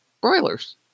broilers